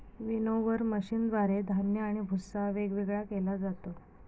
winnower मशीनद्वारे धान्य आणि भुस्सा वेगवेगळा केला जातो